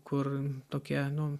kur tokie nu